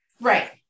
Right